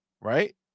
right